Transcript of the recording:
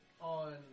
on